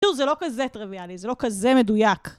תראו, זה לא כזה טרוויאלי, זה לא כזה מדויק.